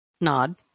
nod